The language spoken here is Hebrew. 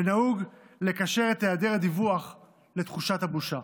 ונהוג לקשר את היעדר הדיווח לתחושת הבושה.